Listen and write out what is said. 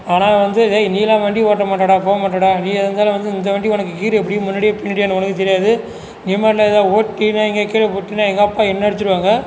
ஆனால் வந்து டேய் நீயெல்லாம் வண்டி ஓட்ட மாட்டடா போ மாட்டடா நீ எதாக இருந்தாலும் வந்து இந்த வண்டி உனக்கு கீர் எப்படி முன்னாடியா பின்னாடியான்னு உனக்கு தெரியாது நீ மாட்னு ஏதாவது ஓட்டின்னு எங்கேயாவது கீழே போட்டேன்னா எங்கள் அப்பா என்னை அடிச்சுருவாங்க